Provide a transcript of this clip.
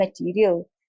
material